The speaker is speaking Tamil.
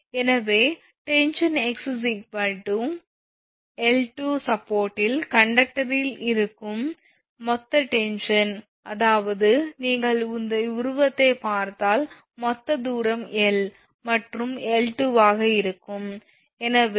எனவே tension x 𝐿2 சப்போர்ட்டில் கண்டக்டரில் இருக்கும் மொத்த டென்ஷன் அதாவது நீங்கள் இந்த உருவத்தைப் பார்த்தால் மொத்த தூரம் 𝐿 இது 𝐿2 ஆக இருக்கும்